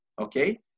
Okay